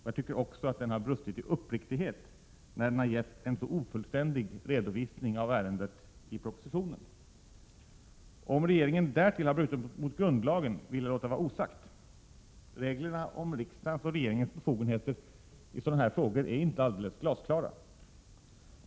Den har också brustit i uppriktighet när den gett en så ofullständig redovisning av ärendet i propositionen. Om regeringen därtill har brustit mot grundlagen vill jag låta vara osagt — reglerna om riksdagens och regeringens befogenheter i sådana Prot. 1987/88:129 här frågor är inte alldeles glasklara.